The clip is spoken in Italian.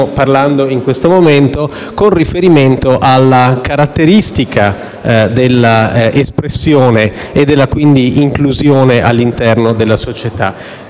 parlando in questo momento con riferimento alla caratteristica dell'espressione, e quindi dell'inclusione all'interno della società.